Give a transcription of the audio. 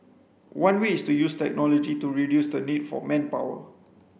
one way is to use technology to reduce the need for manpower